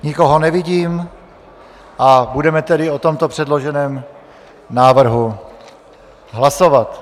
Nikoho nevidím, budeme tedy o tomto přeloženém návrhu hlasovat.